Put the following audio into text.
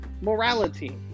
morality